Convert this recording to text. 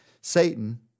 Satan